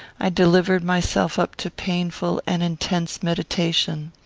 i delivered myself up to painful and intense meditation.